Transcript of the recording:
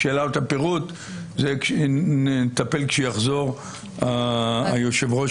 בשאלת הפירוט נטפל עת יחזור היושב ראש